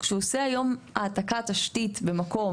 כשהוא עושה היום העתקה של תשתית במקום